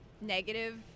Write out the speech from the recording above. negative